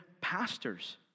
pastors